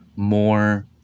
more